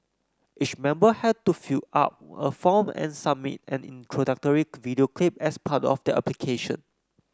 each member had to fill out a form and submit an introductory video clip as part of their application